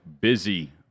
busy